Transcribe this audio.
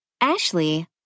Ashley